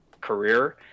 career